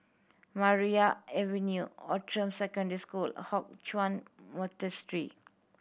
Maria Avenue Outram Secondary School Hock Chuan Monastery